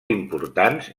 importants